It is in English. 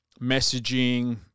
messaging